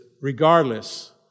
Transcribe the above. regardless